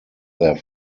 their